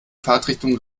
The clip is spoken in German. fahrtrichtung